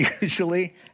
usually